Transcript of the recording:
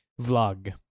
vlog